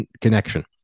connection